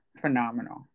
phenomenal